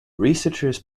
researchers